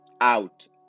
Out